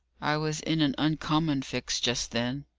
i was in an uncommon fix just then,